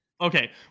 Okay